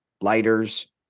lighters